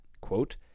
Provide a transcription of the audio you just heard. quote